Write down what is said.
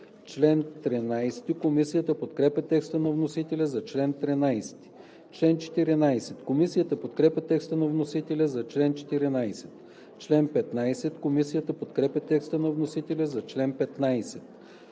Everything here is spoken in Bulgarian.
чл. 19. Комисията подкрепя текста на вносителя за чл. 20. Комисията подкрепя текста на вносителя за чл. 21. Комисията подкрепя текста на вносителя за чл.